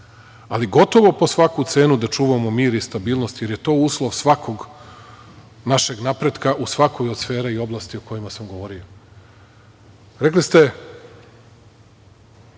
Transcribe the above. ali gotovo po svaku cenu da čuvamo mir i stabilnost, jer je to uslov svakog našeg napretka u svakoj od sfera i oblasti o kojima sam govorio. Pitali ste